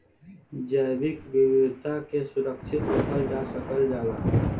जैविक विविधता के सुरक्षित रखल जा सकल जाला